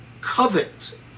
covet